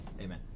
Amen